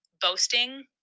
boasting